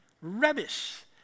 Rubbish